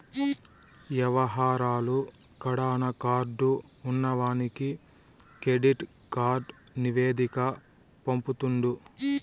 యవహారాలు కడాన కార్డు ఉన్నవానికి కెడిట్ కార్డు నివేదిక పంపుతుండు